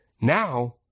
Now